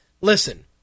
listen